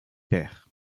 pairs